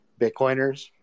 Bitcoiners